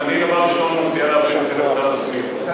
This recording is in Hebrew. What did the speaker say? אז אני אומר שאני מציע להעביר את זה לוועדה הרשמית.